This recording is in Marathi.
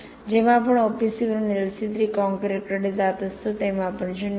जेव्हा आपण OPC वरून LC3 कॉंक्रिटकडे जात असतो तेव्हा आपण 0